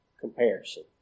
comparison